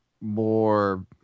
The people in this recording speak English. more